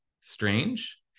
strange